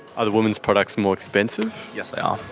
are the women's products more expensive? yes, they are.